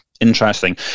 Interesting